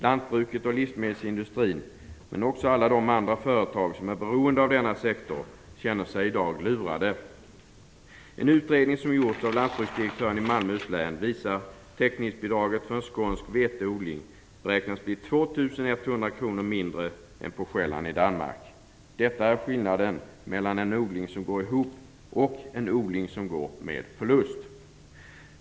Lantbruket och livsmedelsindustrin men också alla de andra företag som är beroende av denna sektor känner sig i dag lurade. En utredning som gjorts av lantbruksdirektören i Malmöhus län visar att täckningsbidraget för en skånsk veteodling beräknas bli 2 100 kr mindre än på Själland i Danmark. Detta är skillnaden mellan en odling som går ihop och en odling som går med förlust.